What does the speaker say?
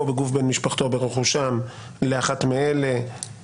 או בגוף בן משפחתו או ברכושם לאחת מאלה,